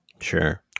Sure